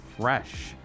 fresh